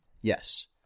Yes